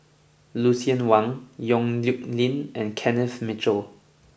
Lucien Wang Yong Nyuk Lin and Kenneth Mitchell